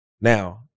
Now